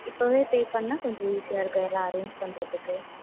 இப்போதே பே பண்ணிணா கொஞ்சம் ஈஸியாக இருக்கும் எல்லாம் அரேஞ்ச் பண்ணுறதுக்கு